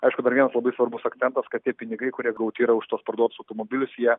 aišku dar vienas labai svarbus akcentas kad tie pinigai kurie gauti yra už tuos parduotus automobilius jie